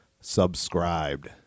Subscribed